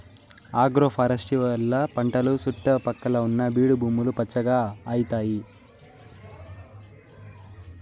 agroforestry వల్ల పంటల సుట్టు పక్కల ఉన్న బీడు భూములు పచ్చగా అయితాయి